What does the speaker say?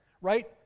right